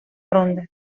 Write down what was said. ronda